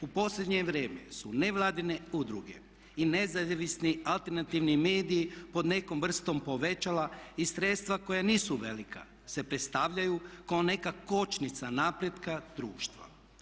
U posljednje vrijeme su nevladine udruge i nezavisni alternativni mediji pod nekom vrstom povećala i sredstva koja nisu velika se predstavljaju ko neka kočnica napretka društva.